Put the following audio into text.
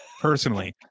personally